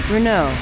Bruno